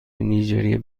نیجریه